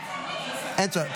לא צריך.